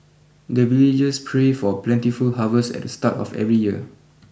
the villagers pray for plentiful harvest at the start of every year